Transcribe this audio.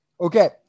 Okay